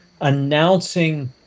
announcing